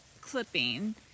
clipping